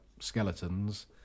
skeletons